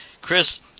Chris